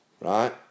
Right